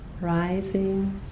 rising